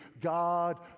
God